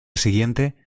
siguiente